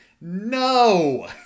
No